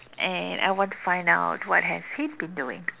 and I want to find out what has he been doing